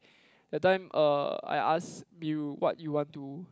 that time uh I asked you what you want to